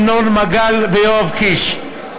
ינון מגל ויואב קיש.